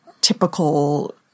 typical